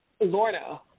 Lorna